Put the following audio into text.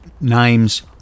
Names